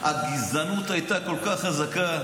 הגזענות הייתה כל כך חזקה,